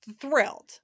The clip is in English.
thrilled